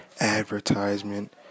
advertisement